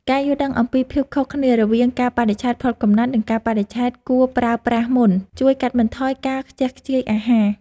ការយល់ដឹងអំពីភាពខុសគ្នារវាងកាលបរិច្ឆេទផុតកំណត់ និងកាលបរិច្ឆេទគួរប្រើប្រាស់មុន ជួយកាត់បន្ថយការខ្ជះខ្ជាយអាហារ។